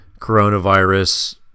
coronavirus